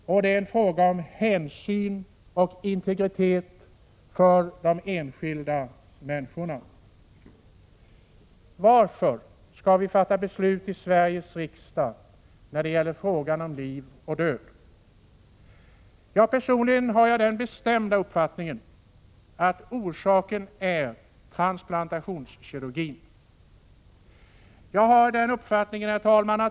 Det är en fråga om hänsyn till och respekt för de enskilda människornasintegritet. Varför skall vi när det gäller frågan om liv och död fatta beslut i Sveriges riksdag? Personligen har jag den bestämda uppfattningen att orsaken är transplantationskirurgin.